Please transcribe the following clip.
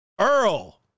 Earl